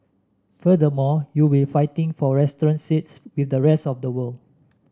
furthermore you will fighting for restaurant seats with the rest of the world